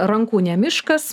rankų ne miškas